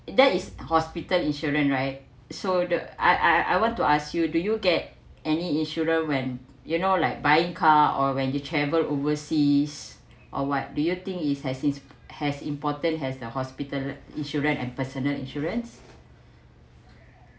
it that is hospital insurance right so the I I I want to ask you do you get any insurance when you know like buying car or when you travel overseas or what do you think is has this has important has the hospital insurance and personal insurance